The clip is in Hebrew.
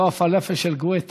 לא הפלאפל של גואטה.